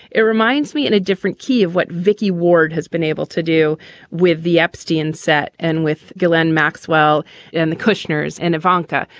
it reminds me in a different key of what vicky ward has been able to do with the epstein's set and with glenn maxwell and the kushner's and advanta,